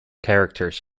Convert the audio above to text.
characters